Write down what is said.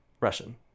Russian